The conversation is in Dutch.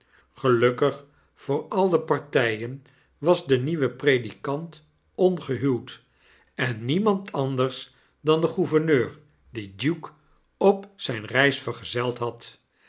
gelukkig voor al de partijen was de nieuwe predikant ongehuwd en nieraand andersdande gouverneur die duke op zijne reis vergezeld had